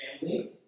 family